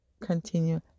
continue